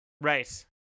Right